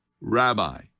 Rabbi